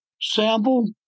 sample